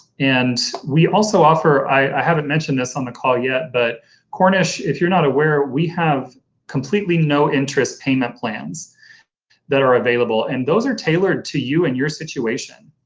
and we also offer, i haven't mentioned this on the call yet, but cornish if you're not aware we have completely no interest payment plans that are available and those are tailored tailored to you and your situation.